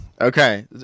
Okay